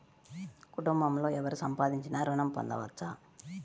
కుటుంబంలో ఎవరు సంపాదించినా ఋణం పొందవచ్చా?